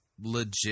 legit